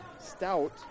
Stout